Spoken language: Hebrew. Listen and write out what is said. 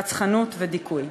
רצחנות ודיכוי.